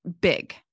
big